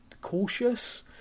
cautious